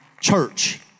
church